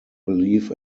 belief